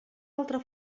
altra